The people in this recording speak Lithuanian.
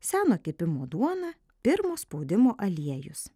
seno kepimo duona pirmo spaudimo aliejus